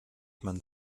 man